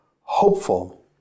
hopeful